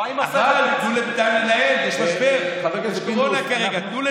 תנו לנהל את זה.